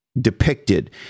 depicted